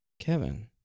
Kevin